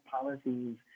policies